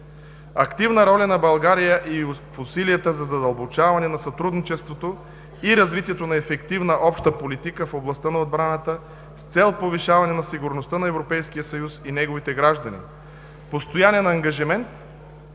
активна роля на България в усилията за задълбочаване на сътрудничеството и развитие на ефективна обща политика в областта на отбраната с цел повишаване на сигурността на Европейския съюз и неговите граждани; постоянен ангажимент